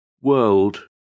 World